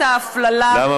את ההפללה,